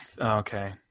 Okay